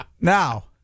Now